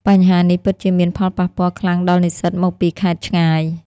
បញ្ហានេះពិតជាមានផលប៉ះពាល់ខ្លាំងដល់និស្សិតមកពីខេត្តឆ្ងាយ។